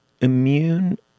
immune